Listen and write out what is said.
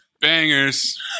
Bangers